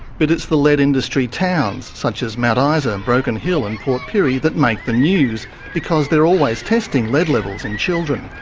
but it's the lead industry towns such as mt isa, broken hill and port pirie that make the news because they're always testing lead levels in children.